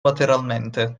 lateralmente